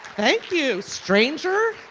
thank you stranger